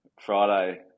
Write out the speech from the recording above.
Friday